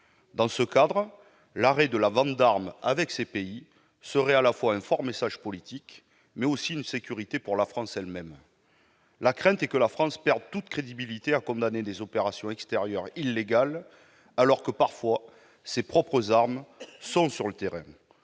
Nations unies. L'arrêt de la vente d'armes à ces pays serait à la fois un fort message politique et une sécurité pour la France elle-même. La crainte est que la France perde toute crédibilité à condamner des opérations extérieures illégales alors que ses propres armes sont parfois sur le terrain.